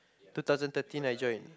two thousand thirteen I join